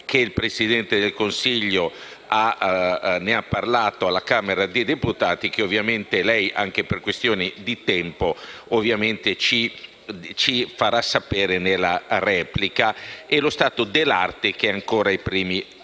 - il Presidente del Consiglio ne ha parlato alla Camera dei deputati e lei, signor Sottosegretario, anche per questioni di tempo, ci farà sapere nella replica - e lo stato dell'arte, che è ancora ai primi